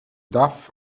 daf